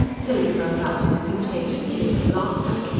tilly broke out in a contagious peal of laughter.